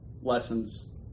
lessons